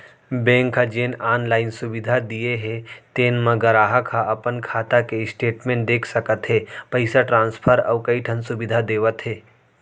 bank ह जेन online सुबिधा दिये हे तेन म गराहक ह अपन खाता के स्टेटमेंट देख सकत हे, पइसा ट्रांसफर अउ कइ ठन सुबिधा देवत हे